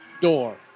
door